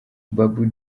babu